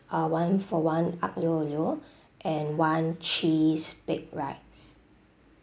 uh one-for-one aglio-olio and one cheese baked rice